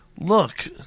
Look